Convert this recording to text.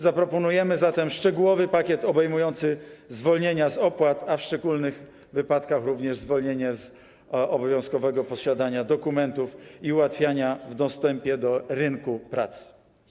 Zaproponujemy zatem szczegółowy pakiet obejmujący zwolnienia z opłat, a w szczególnych wypadkach również zwolnienie z obowiązkowego posiadania dokumentów, a także ułatwienia w dostępie do rynku pracy.